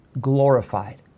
glorified